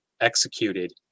executed